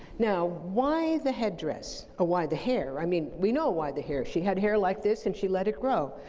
now, why the headdress or ah why the hair? i mean, we know why the hair. she had hair like this and she let it grow.